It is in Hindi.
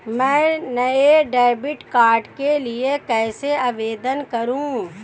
मैं नए डेबिट कार्ड के लिए कैसे आवेदन करूं?